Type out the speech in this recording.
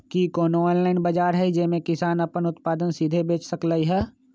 कि कोनो ऑनलाइन बाजार हइ जे में किसान अपन उत्पादन सीधे बेच सकलई ह?